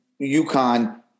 UConn